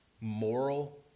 moral